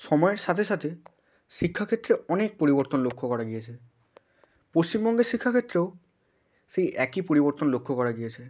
সময়ের সাথে সাথে শিক্ষাক্ষেত্রে অনেক পরিবর্তন লক্ষ্য করা গিয়েছে পশ্চিমবঙ্গের শিক্ষাক্ষেত্রেও সেই একই পরিবর্তন লক্ষ্য করা গিয়েছে